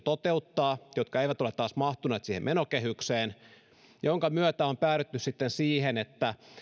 toteuttaa mutta jotka eivät ole taas mahtuneet siihen menokehykseen minkä myötä on päädytty sitten siihen että